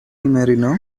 marino